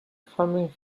coming